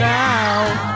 now